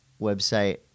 website